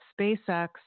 SpaceX